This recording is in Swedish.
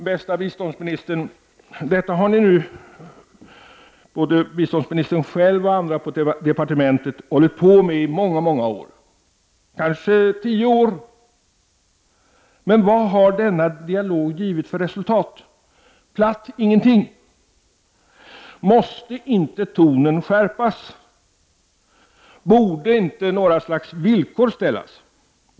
Bästa biståndsministern, detta har både biståndsministern själv och andra på departementet hållit på med i många många år, kanske tio år. Men vad har denna dialog givit för resultat? Platt ingenting. Måste inte tonen skärpas? Borde inte några slags villkor ställas?